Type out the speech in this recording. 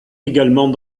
également